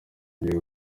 ngiye